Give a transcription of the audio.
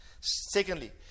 Secondly